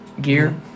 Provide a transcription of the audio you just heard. gear